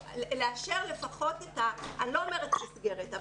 לאשר לפחות את אני לא אומרת מסגרת,